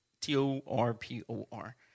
T-O-R-P-O-R